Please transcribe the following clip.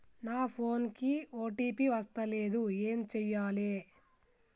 నా ఫోన్ కి ఓ.టీ.పి వస్తలేదు ఏం చేయాలే?